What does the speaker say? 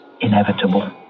inevitable